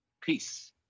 Peace